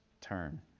turn